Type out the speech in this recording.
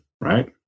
right